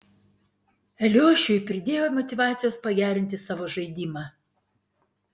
eliošiui pridėjo motyvacijos pagerinti savo žaidimą